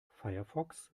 firefox